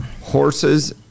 horses